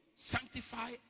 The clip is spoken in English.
sanctify